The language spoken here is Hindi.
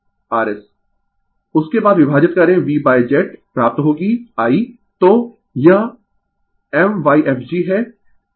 rs उसके बाद विभाजित करें V Z प्राप्त होगी I तो यह mYfg है